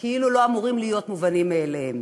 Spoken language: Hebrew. כאילו הם לא אמורים להיות מובנים מאליהם.